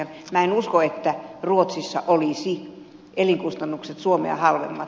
minä en usko että ruotsissa olisivat elinkustannukset suomea halvemmat